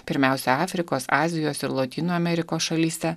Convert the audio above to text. pirmiausia afrikos azijos ir lotynų amerikos šalyse